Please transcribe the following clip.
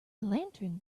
lantern